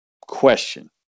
question